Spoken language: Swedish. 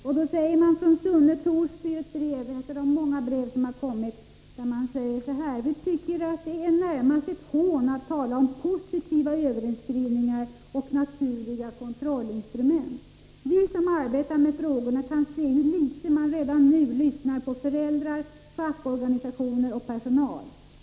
Jag vill återge vad som står i ett brev från personal i Sunne och Torsby, ett av de många brev som har kommit till oss i riksdagen: ”Vi tycker att det är närmast ett hån att tala om ”positiva överinskrivningar” och "naturliga kontrollinstrument”. Vi som arbetar med frågorna kan se hur lite man redan nu lyssnar på föräldrar, fackorganisationer och personal.